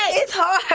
ah it's hard!